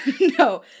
no